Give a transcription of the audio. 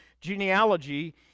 genealogy